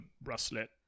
bracelet